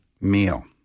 meal